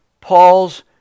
Paul's